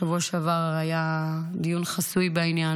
בשבוע שעבר היה דיון חסוי בעניין.